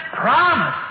promise